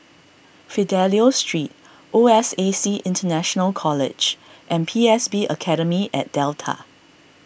Fidelio Street O S A C International College and P S B Academy at Delta